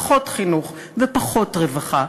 פחות חינוך ופחות רווחה,